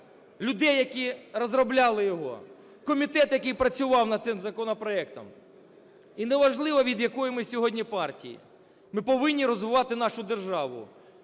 людей, які розробляли його, комітет, який працював над цим законопроектом. І неважливо, від якої ми сьогодні партії, ми повинні розвивати нашу державу.